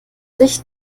sich